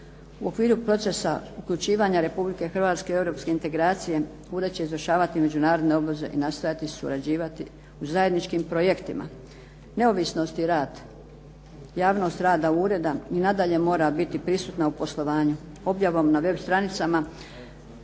U okviru procesa uključivanja Republike Hrvatske u europske integracije, ured će izvršavati međunarodne obveze i nastojati surađivati u zajedničkim projektima. Neovisnost i rad, javnost rada ureda i nadalje mora biti prisutna u poslovanju. Objavom na web stranicama